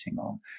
on